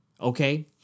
Okay